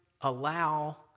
allow